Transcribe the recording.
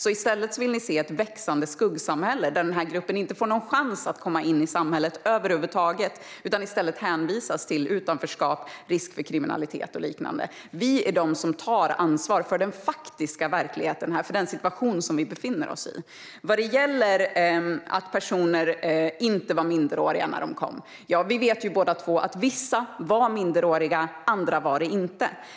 I stället vill ni se ett växande skuggsamhälle, där den här guppen inte får en chans att komma in i samhället över huvud taget utan hänvisas till utanförskap med risk för kriminalitet och liknande. Vi är de som tar ansvar för den faktiska verkligheten här, den situation som vi befinner oss i. Låt mig ta upp detta med att personer inte var minderåriga när de kom. Vi vet ju båda att vissa var minderåriga men att andra inte var det.